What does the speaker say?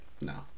No